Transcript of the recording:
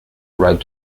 right